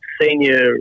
senior